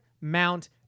Mount